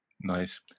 Nice